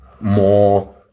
more